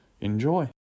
Enjoy